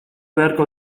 beharko